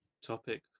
topic